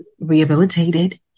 rehabilitated